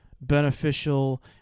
beneficial